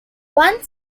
one